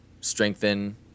strengthen